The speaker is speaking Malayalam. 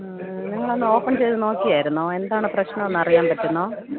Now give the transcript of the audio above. നിങ്ങളൊന്ന് ഓപ്പൺ ചെയ്ത് നോക്കിയായിരുന്നോ എന്താണ് പ്രശ്നം ഒന്ന് അറിയാൻ പറ്റുന്നോ